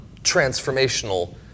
transformational